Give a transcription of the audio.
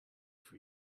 for